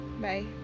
bye